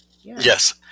Yes